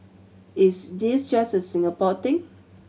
is this just a Singapore thing